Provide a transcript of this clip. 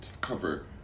cover